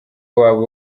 wabo